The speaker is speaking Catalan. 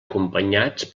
acompanyats